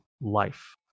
life